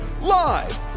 Live